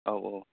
औ औ